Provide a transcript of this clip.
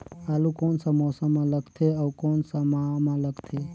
आलू कोन सा मौसम मां लगथे अउ कोन सा माह मां लगथे?